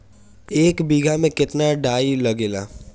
एक बिगहा में केतना डाई लागेला?